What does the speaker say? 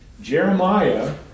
Jeremiah